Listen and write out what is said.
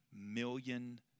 million